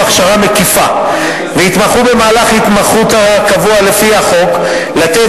הכשרה מקיפה והתמחו במהלך התמחות הקבוע לפי החוק לתת